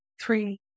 three